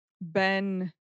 Ben